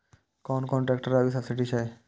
कोन कोन ट्रेक्टर अभी सब्सीडी छै?